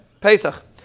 Pesach